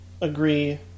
agree